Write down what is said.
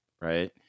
right